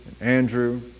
Andrew